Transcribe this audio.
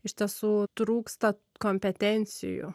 iš tiesų trūksta kompetencijų